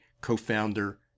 co-founder